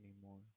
anymore